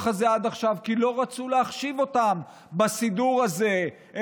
הזה עד עכשיו כי לא רצו להחשיב אותם בסידור הזה,